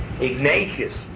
Ignatius